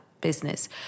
business